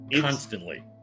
Constantly